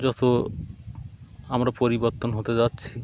যত আমরা পরিবর্তন হতে যাচ্ছি